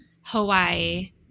Hawaii